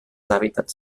hàbitats